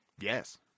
Yes